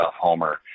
Homer